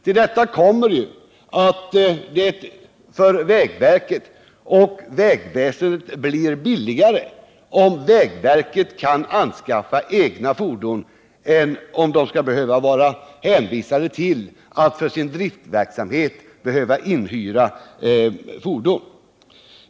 Till detta kommer att det för vägverket och vägväsendet blir billigare om vägverket kan anskaffa egna fordon än om man skall behöva hyra fordon.